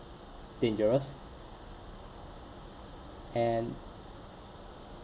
dangerous and